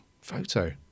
photo